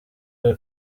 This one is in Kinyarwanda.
ube